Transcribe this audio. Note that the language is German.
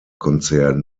konzern